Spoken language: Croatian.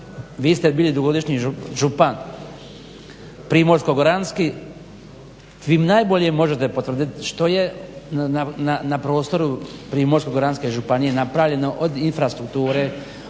Vi ste bili dugogodišnji župan primorsko-goranski, vi najbolje možete potvrditi što je na prostoru primorsko-goranske županije napravljeno od infrastrukture,